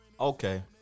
Okay